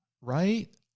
right